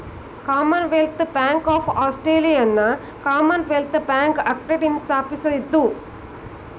Commonwealth Bank of ಆಸ್ಟ್ರೇಲಿಯಾವನ್ನ Commonwealth Bank ಆಕ್ಟ್ನಿಂದ ಸ್ಥಾಪಿಸಿದ್ದ್ರು